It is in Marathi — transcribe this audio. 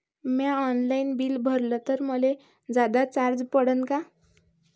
म्या ऑनलाईन बिल भरलं तर मले जादा चार्ज पडन का?